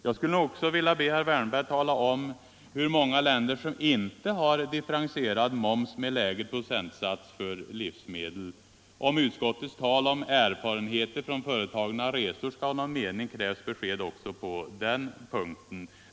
Jag vill också be herr Wärnberg tala om hur många länder som inte har differentierad moms med lägre procentsats på livsmedel. Om utskottets tal om erfarenheter från företagna resor skall ha någon mening krävs besked också på den punkten.